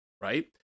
right